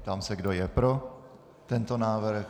Ptám se, kdo je pro tento návrh.